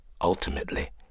ultimately